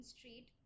Street